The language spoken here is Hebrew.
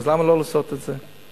אז למה לא לעשות את זה?